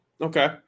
Okay